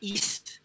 East